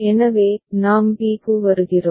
எனவே நாம் b க்கு வருகிறோம்